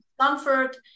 comfort